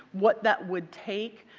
what that would take.